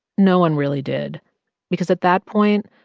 no one really did because at that point,